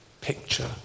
picture